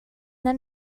then